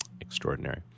Extraordinary